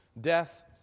death